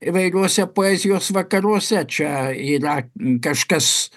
įvairiuose poezijos vakaruose čia yra kažkas